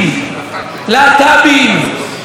להט"בים,